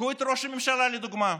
קחו את ראש הממשלה, לדוגמה: